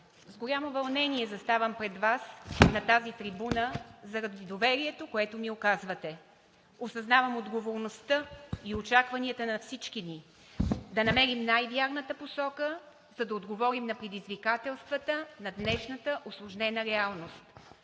С голямо вълнение заставам пред Вас на тази трибуна заради доверието, което ми оказвате. Осъзнавам отговорността и очакванията на всички ни да намерим най-вярната посока, за да отговорим на предизвикателствата на днешната усложнена реалност.